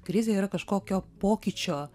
krizė yra kažkokio pokyčio